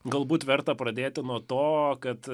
galbūt verta pradėti nuo to kad